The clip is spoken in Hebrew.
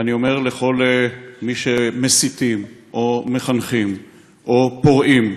ואני אומר לכל מי שמסיתים או מחנכים או פורעים,